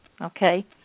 Okay